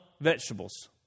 vegetables